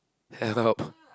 help